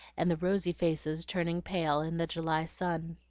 and the rosy faces turning pale in the july sun.